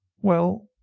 well,